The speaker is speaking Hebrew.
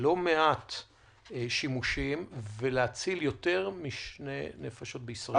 ללא מעט שימושים, ולהציל יותר משתי נפשות בישראל.